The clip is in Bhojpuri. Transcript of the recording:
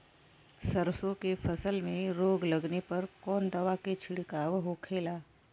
सरसों की फसल में रोग लगने पर कौन दवा के छिड़काव होखेला?